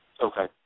Okay